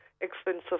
expensive